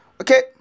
okay